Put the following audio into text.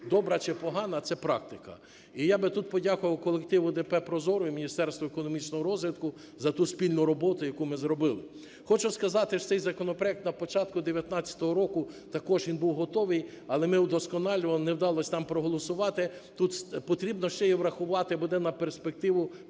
добра чи погана – це практика. І я би тут подякував колективу ДП "Прозоро" і Міністерству економічного розвитку за ту спільну роботу, яку ми зробили. Хочу сказати, що цей законопроект на початку 19-го року також він був готовий, але ми удосконалювали, не вдалось нам проголосувати. Тут потрібно ще і врахувати буде на перспективу,